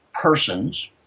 persons